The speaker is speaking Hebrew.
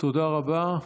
תודה רבה.